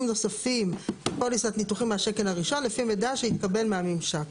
נוספים בפוליסת ביטוחים מהשקל הראשון לפי מידע שהתקבל מהממשק.